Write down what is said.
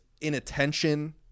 inattention